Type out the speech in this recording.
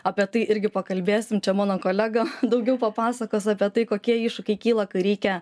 apie tai irgi pakalbėsim čia mano kolega daugiau papasakos apie tai kokie iššūkiai kyla kai reikia